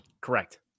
Correct